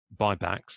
buybacks